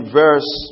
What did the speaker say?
verse